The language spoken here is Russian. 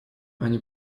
они